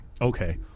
Okay